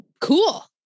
cool